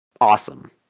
awesome